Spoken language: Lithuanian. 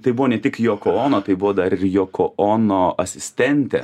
tai buvo ne tik joko ono tai buvo dar ir joko ono asistentė